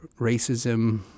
racism